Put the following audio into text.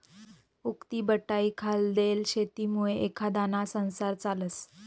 उक्तीबटाईखाल देयेल शेतीमुये एखांदाना संसार चालस